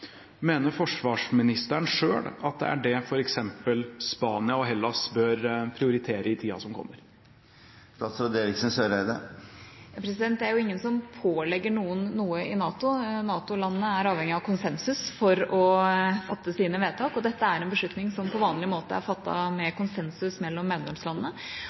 Mener forsvarsministeren selv at det er det f.eks. Spania og Hellas bør prioritere i tiden som kommer? Det er jo ingen som pålegger noen noe i NATO. NATO-landene er avhengige av konsensus for å fatte sine vedtak, og dette er en beslutning som på vanlig måte er fattet med konsensus mellom medlemslandene.